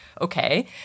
okay